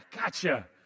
Gotcha